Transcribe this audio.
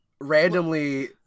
Randomly